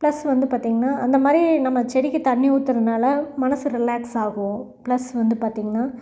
plus வந்து பார்த்திங்கன்னா அந்த மாதிரி நம்ம செடிக்கு தண்ணி ஊற்றுறதுனால மனசு ரிலாக்ஸ் ஆகும் ப்ளஸ் வந்து பார்த்திங்கன்னா